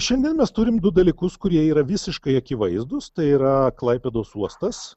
šiandien mes turim du dalykus kurie yra visiškai akivaizdūs tai yra klaipėdos uostas